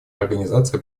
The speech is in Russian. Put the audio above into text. организации